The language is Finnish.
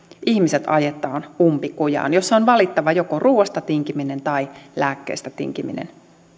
ihmiset ajetaan umpikujaan jossa on valittava joko ruuasta tinkiminen tai lääkkeistä tinkiminen